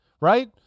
right